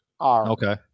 Okay